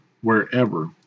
wherever